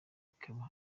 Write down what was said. ikaba